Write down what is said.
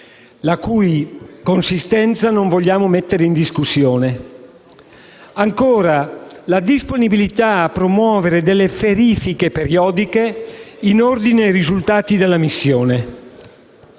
la cui legittimità non vogliamo mettere in discussione. Ancora: la disponibilità a promuovere verifiche periodiche in ordine ai risultati della missione.